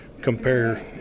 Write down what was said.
compare